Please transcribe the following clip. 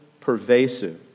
pervasive